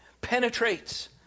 penetrates